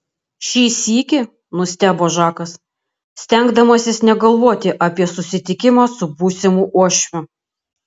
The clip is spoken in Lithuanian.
šį sykį nustebo žakas stengdamasis negalvoti apie susitikimą su būsimu uošviu